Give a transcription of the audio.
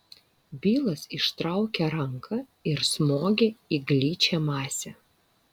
bilas ištraukė ranką ir smogė į gličią masę